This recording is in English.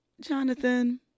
Jonathan